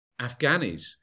Afghanis